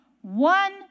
One